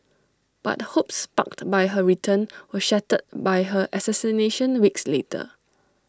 but hopes sparked by her return were shattered by her assassination weeks later